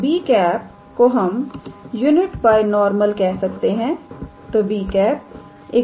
तो𝑏̂ को हम unit by normal कह सकते हैं